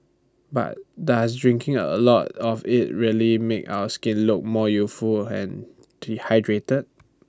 but does drinking A lot of IT really make our skin look more youthful and dehydrated